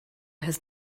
has